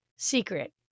secret